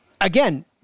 Again